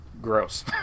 gross